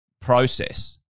process